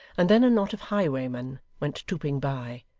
and then a knot of highwaymen went trooping by,